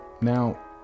Now